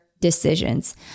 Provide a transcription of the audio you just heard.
decisions